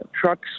trucks